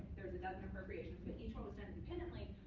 there's a dozen appropriations but each one was done independently.